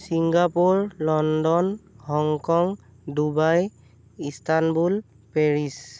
Singapore London Hong Kong Dubai Istanbul Paris